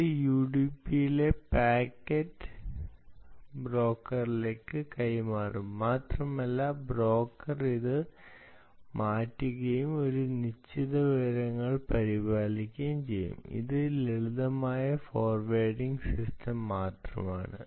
അത് യുഡിപിയിലെ പാക്കറ്റ് ബ്രോക്കറിലേക്ക് കൈമാറും മാത്രമല്ല ബ്രോക്കർ അത് മാറ്റുകയും ഒരു നിശ്ചിത വിവരങ്ങൾ പരിപാലിക്കുകയും ചെയ്യും ഇത് ഒരു ലളിതമായ ഫോർവേഡിംഗ് സിസ്റ്റം മാത്രമാണ്